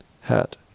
hat